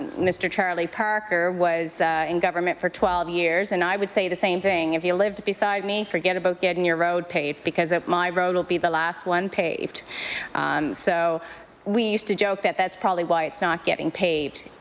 mr. charlie parker, was in government for twelve years and i would say the same thing if you lived beside me forgot about getting your road paved because my road will be the last one paved so we used to joke that that's probably why it's not getting paved,